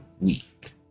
week